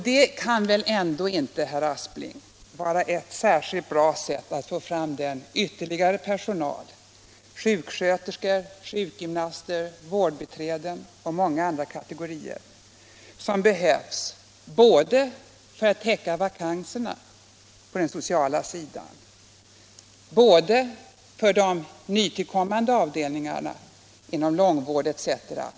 Det kan väl ändå inte, herr Aspling, vara ett särskilt bra sätt att få fram den ytterligare personal — sjuksköterskor, sjukgymnaster, vårdbiträden och många andra kategorier — som behövs för att täcka vakanserna på den sociala sidan både för de nytillkommande avdelningarna inom långvård etc.